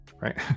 Right